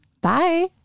Bye